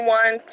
one